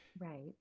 Right